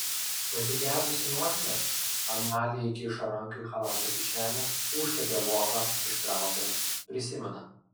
pasigedusi nosinės amalija įkiša ranką į chalato kišenę užčiuopia voką ištraukia prisimena